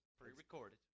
Pre-recorded